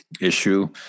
issue